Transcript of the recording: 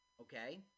okay